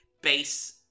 base